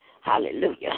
Hallelujah